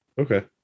Okay